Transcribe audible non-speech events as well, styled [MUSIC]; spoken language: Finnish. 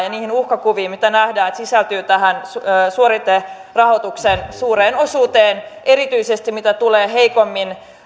[UNINTELLIGIBLE] ja niihin uhkakuviin mitä nähdään että sisältyy tähän suoriterahoituksen suureen osuuteen erityisesti mitä tulee heikommin